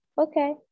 Okay